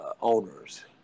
owners